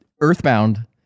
Earthbound